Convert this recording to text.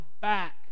back